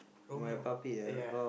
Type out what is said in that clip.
Romeo ah yeah